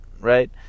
right